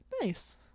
Nice